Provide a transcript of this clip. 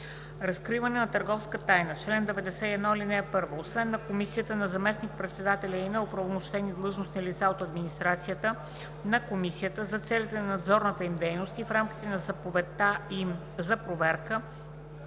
„Разкриване на търговска тайна Чл. 91. (1) Освен на комисията, на заместник-председателя и на оправомощени длъжностни лица от администрацията, на комисията – за целите на надзорната им дейност и в рамките на заповедта им за проверка,